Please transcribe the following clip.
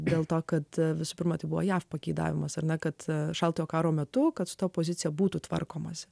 dėl to kad visų pirma tai buvo jav pageidavimas ar na kad šaltojo karo metu kad ta pozicija būtų tvarkomasi